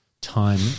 time